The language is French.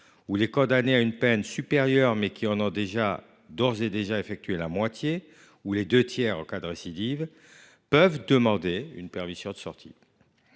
qui, condamnés à une peine supérieure, en ont d’ores et déjà effectué la moitié, ou les deux tiers en cas de récidive, peuvent demander une permission de sortir.